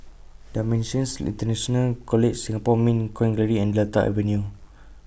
DImensions International College Singapore Mint Coin Gallery and Delta Avenue